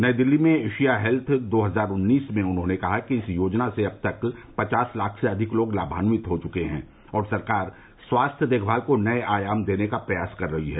नई दिल्ली में Asia health दो हजार उन्नीस में उन्होंने कहा कि इस योजना से अब तक पचास लाख से अधिक लोग लाभान्वित हो चुके हैं और सरकार स्वास्थ्य देखभाल को नए आयाम देने का प्रयास कर रही है